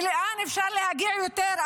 ולאן אפשר להגיע יותר?